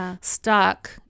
stuck